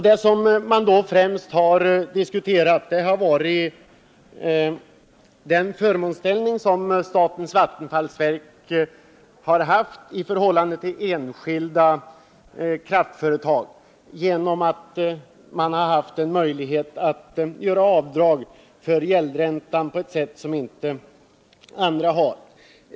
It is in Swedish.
Det man då främst diskuterat har varit den förmånsställning som statens vattenfallsverk haft i förhållande till enskilda kraftföretag på grund av att man haft möjlighet att göra avdrag för gäldränta på ett sätt som andra inte haft.